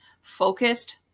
focused